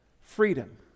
freedom